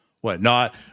whatnot